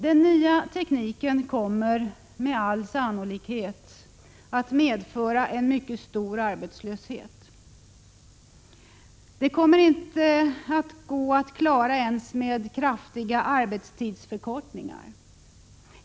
Den nya tekniken kommer med all sannolikhet att medföra en mycket stor arbetslöshet. Den kommer inte att gå att klara ens med kraftiga arbetstidsförkortningar.